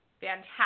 Fantastic